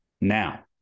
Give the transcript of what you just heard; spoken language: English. Now